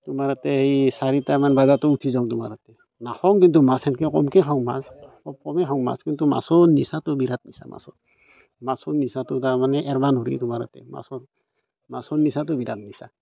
তোমাৰ তাতে এই চাৰিটা মান বজাতো উঠি যাওঁ তাতে নাখাওঁ কিন্তু মাছ সেনকৈ কমকৈ খাওঁ মাছ মই কমেই খাওঁ মাছ কিন্তু মাছৰ নিচাটো বিৰাট নিচা মাছৰ মাছৰ নিচাটো তাৰমানে এৰিব নোৱাৰি তোমাৰ তাতে মাছৰ মাছৰ নিচাটো বিৰাট নিচা